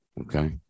Okay